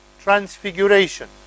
transfiguration